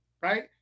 Right